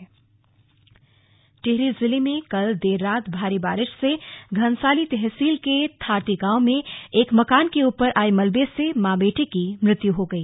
slug आफत की बारिश टिहरी टिहरी जिले में कल देर रात भारी बारिश से घनसाली तहसील के थारती गांव में एक मकान के ऊपर आये मलबे से मां बेटे की मृत्यु हो गई